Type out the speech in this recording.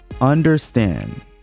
understand